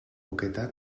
boqueta